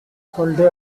holiday